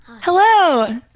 Hello